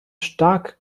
stark